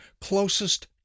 closest